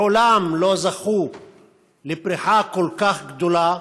מעולם לא זכו לפריחה כל כך גדולה.